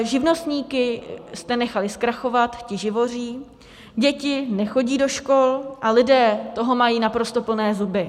Živnostníky jste nechali zkrachovat, ti živoří, děti nechodí do škol a lidé toho mají naprosto plné zuby.